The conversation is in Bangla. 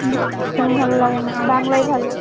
ইংরিজি একদম ভালো লাগে না বাংলাই ভালো